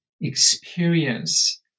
experience